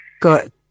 Good